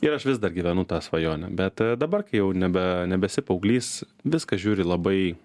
ir aš vis dar gyvenu tą svajonę bet dabar kai jau nebe nebesi paauglys viską žiūri labai